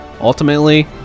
ultimately